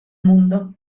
mundo